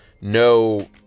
no